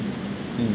mm